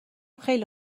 خیلی